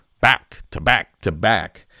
back-to-back-to-back